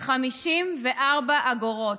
54 אגורות,